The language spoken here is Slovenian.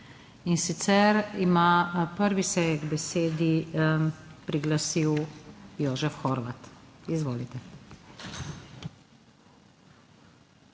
In sicer ima, prvi se je k besedi priglasil Jožef Horvat. Izvolite.